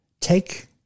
take